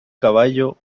caballo